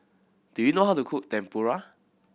do you know how to cook Tempura